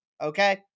okay